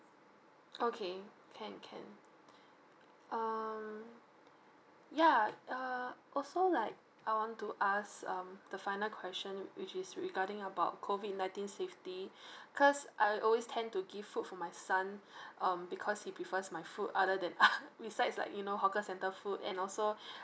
okay can can um yeah uh also like I want to ask um the final question which is regarding about COVID nineteen safety cause I always tend to give food for my son um because he prefers my food other than besides like you know hawker centre food and also